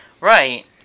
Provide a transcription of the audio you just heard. Right